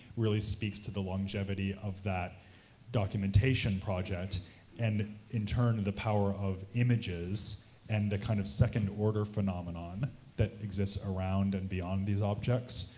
really speaks to the longevity of that documentation project and in turn the power of images and the kind of second order phenomenon that exists around, and beyond these objects,